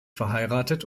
verheiratet